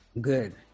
Good